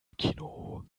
kino